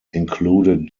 included